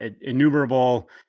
innumerable